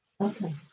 Okay